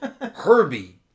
Herbie